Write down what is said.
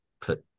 put